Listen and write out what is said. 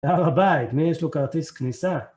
יאללה ביי, מי יש לו כרטיס כניסה?